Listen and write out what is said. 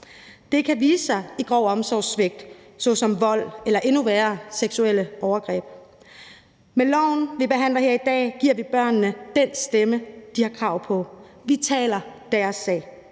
Det kan vise sig i grov omsorgssvigt, såsom vold eller, endnu værre, seksuelle overgreb. Med lovforslaget, vi behandler her i dag, giver vi børnene den stemme, de har krav på. Vi taler deres sag.